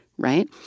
Right